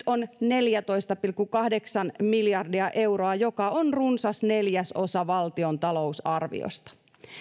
on neljätoista pilkku kahdeksan miljardia euroa joka on runsas neljäsosa valtion talousarviosta